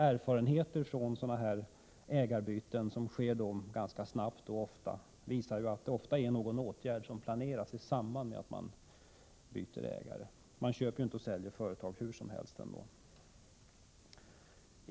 Erfarenheter från sådana här ägarbyten, som sker ganska snabbt, visar att det ofta är någon åtgärd som planeras i samband med att företaget byter ägare. Man köper ju inte och säljer företag hur som helst ändå.